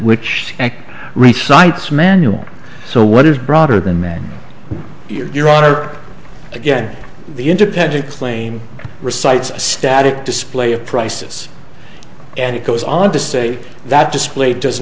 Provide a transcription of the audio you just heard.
which recites manual so what is broader than man your honor again the independent claim recites a static display of prices and it goes on to say that display does